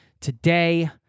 today